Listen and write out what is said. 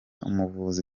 umuvuzi